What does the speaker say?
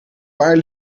paar